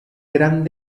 gran